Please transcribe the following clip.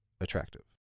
attractive